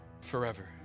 forever